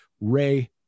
Ray